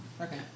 Okay